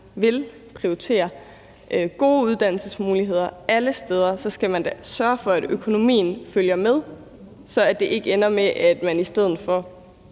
vil prioritere gode uddannelsesmuligheder alle steder, så skal man da sørge for, at økonomien følger med, så det ikke ender med, at man i stedet får